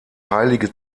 heilige